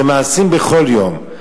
זה מעשים בכל יום.